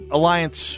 Alliance